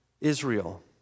Israel